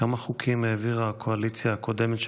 כמה חוקים העבירה הקואליציה הקודמת,